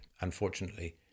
unfortunately